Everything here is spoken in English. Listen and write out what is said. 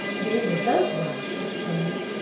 they were both right, it seemed.